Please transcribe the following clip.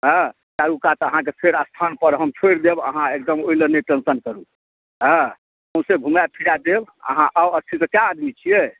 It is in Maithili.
अऽ चारू कात अहाँक फेर स्थान पर हम छोड़ि देब अहाँ एकदम ओहि लेल नहि टेंशन करू सौसे घुमाय फिराय देब अहाँ आउ स्थिरसँ कै आदमी छियै